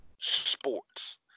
sports